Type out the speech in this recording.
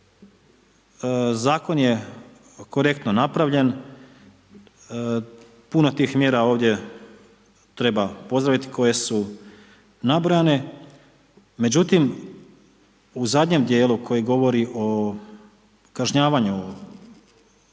zakon je korektno napravljen, puno je tih mjera ovdje treba pozdraviti koje su nabrojane, međutim, u zadnjem dijelu koji govori o kažnjavanju prekršajnim